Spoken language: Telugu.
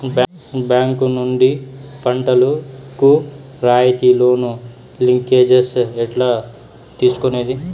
బ్యాంకు నుండి పంటలు కు రాయితీ లోను, లింకేజస్ ఎట్లా తీసుకొనేది?